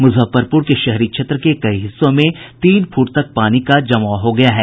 मूजफ्फरपूर के शहरी क्षेत्रों के कई हिस्सों में तीन फूट तक पानी का जमाव हो गया है